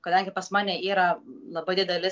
kadangi pas mane yra labai dideli